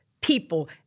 people